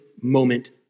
moment